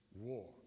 war